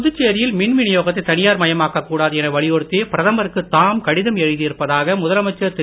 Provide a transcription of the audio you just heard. புதுச்சேரியில் மின் விநியோகத்தை தனியார் மயமாக்கக் கூடாது என வலியுறுத்தி பிரதமருக்கு தாம் கடிதம் எழுதியிருப்பதாக முதலமைச்சர் திரு